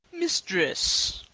mistress,